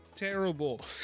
Terrible